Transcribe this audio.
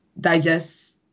digest